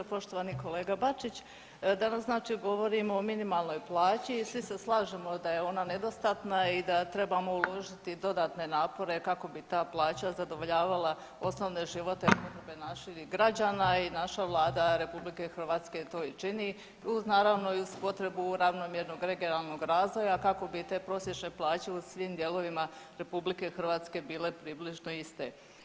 Poštovani kolega Bačić, danas znači govorimo o minimalnoj plaći i svi slažemo da je ona nedostatna i da trebamo uložiti dodatne napore kako bi ta plaća zadovoljavala osnovne životne potrebe naših građana i naša Vlada RH to i čini, uz naravno i uz potrebu ravnomjernog regionalnog razvoja kako bi te prosječne plaće u svim dijelovima RH bile približno iste.